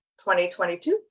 2022